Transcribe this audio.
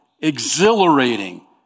exhilarating